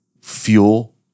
fuel